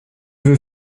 veux